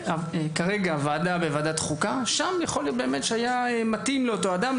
כרגע בוועדת חוקה שם יכול להיות שהיה מתאים לאותו אדם.